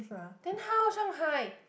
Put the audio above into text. then how Shanghai